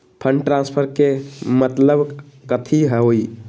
Fund transfer के मतलब कथी होई?